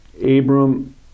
Abram